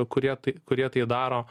kurie tai kurie tai daro